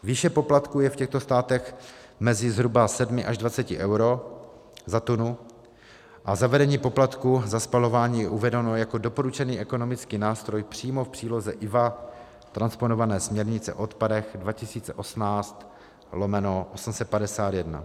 Výše poplatků je v těchto státech mezi zhruba 7 až 20 eur za tunu a zavedení poplatku za spalování je uvedeno jako doporučený ekonomický nástroj přímo v příloze IVa transponované směrnice o odpadech 2018/851.